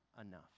enough